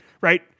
Right